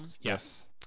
Yes